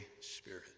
spirit